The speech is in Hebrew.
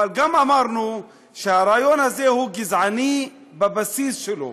אבל גם אמרנו שהרעיון הזה הוא גזעני בבסיס שלו.